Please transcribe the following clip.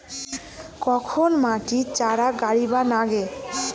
কখন মাটিত চারা গাড়িবা নাগে?